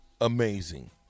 amazing